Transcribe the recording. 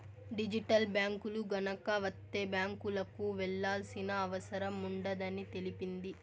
digital బ్యాంకులు గనక వత్తే బ్యాంకులకు వెళ్లాల్సిన అవసరం ఉండదని తెలిపింది